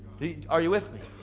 are you with me?